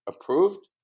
approved